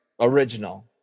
Original